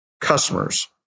customers